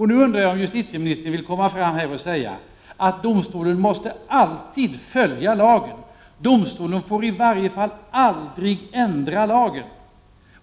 Jag undrar om justitieministern nu skulle vilja deklarera att domstolarna alltid måste följa lagen och att domstolarna i varje fall aldrig får ändra lagen.